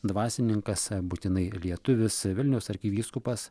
dvasininkas būtinai lietuvis vilniaus arkivyskupas